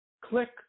click